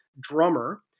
Drummer